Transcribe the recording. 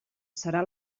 serà